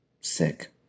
sick